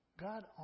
God